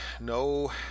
No